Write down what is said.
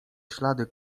ślady